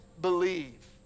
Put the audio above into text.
believe